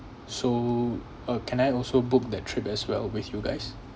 so uh can I also book that trip as well with you guys